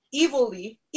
evilly